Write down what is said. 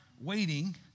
waiting